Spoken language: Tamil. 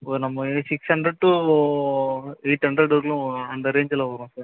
இப்போ நம்ம six hundred to eight hundred வருலும் அந்த ரேஞ்ல வரும் சார்